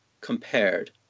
compared